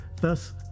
thus